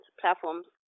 platforms